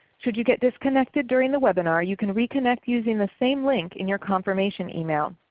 should you get disconnected during the webinar you can reconnect using the same link in your confirmation email.